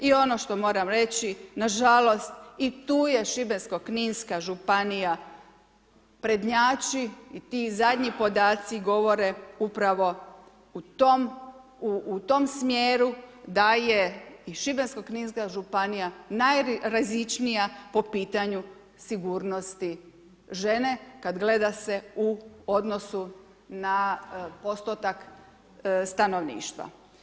I ono što moram reći nažalost i tu je Šibensko-kninska županija prednjači i ti zadnji podaci govore upravo u tom, u tom smjeru da je i Šibensko-kninska županija najrizičnija po pitanju sigurnosti žene kada gleda se u odnosu na postotak stanovništva.